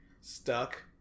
stuck